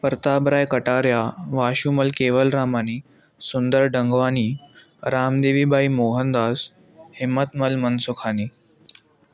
Pratap Rai Kataria Vashumal Kewal Ramani Sundar Dangwani Ram Devibai Mohan Das Himat Mal Mansukhani